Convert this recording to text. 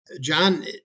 John